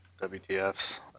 WTFs